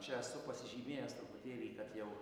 čia esu pasižymėjęs truputėlį jau